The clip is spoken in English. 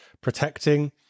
protecting